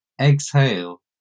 exhale